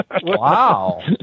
Wow